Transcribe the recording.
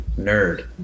nerd